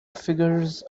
figures